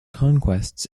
conquests